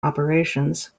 operations